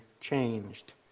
changed